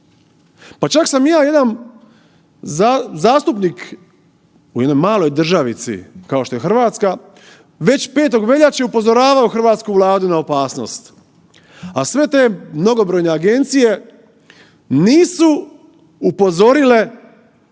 Pa čak sam i ja jedan zastupnik u jednoj maloj državici kao što je Hrvatska već 5. veljače upozoravao hrvatsku Vladu na opasnost, a sve te mnogobrojne agencije nisu upozorile svoje